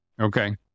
Okay